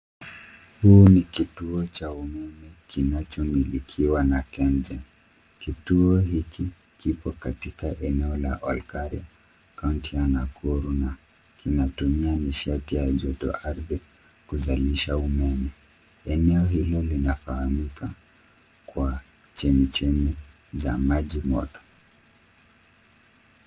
Huu ni kituo cha umeme kinachomilikiwa na Kengen. Kituo hiki kipo katika eneo la Olkaria, kaunti ya Nakuru na kinatumia nishati ya joto ardhi kuzalisha umeme. Eneo hilo linafahamika kwa chemichemi za maji moto.